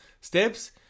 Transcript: steps